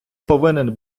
повинен